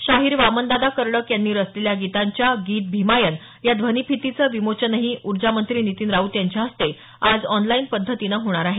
शाहीर वामन दादा कर्डक यांनी रचलेल्या गीतांच्या गीत भीमायन या ध्वनिफितीचं विमोचनही ऊर्जामंत्री नितीन राऊत यांच्या हस्ते आज ऑनलाईन पद्धतीनं होणार आहे